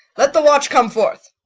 let the watch come forth.